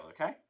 okay